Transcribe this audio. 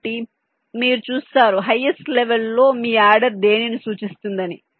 కాబట్టి మీరు చూస్తారు హైయెస్ట్ లెవెల్ లో మీ యాడర్ దేనిని సూచిస్తుంది అని